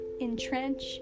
entrench